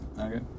Okay